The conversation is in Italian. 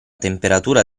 temperatura